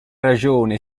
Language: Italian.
ragione